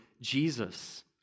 Jesus